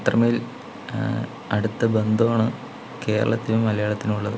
അത്രമേൽ അടുത്ത ബന്ധമാണ് കേരളത്തിനും മലയാളത്തിനും ഉള്ളത്